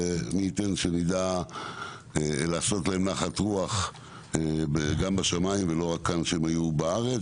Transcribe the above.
ומי ייתן שנדע לעשות להם נחת רוח גם בשמיים ולא רק כאן כשהם היו בארץ.